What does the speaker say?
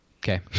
okay